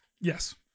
Yes